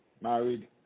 married